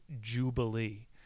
Jubilee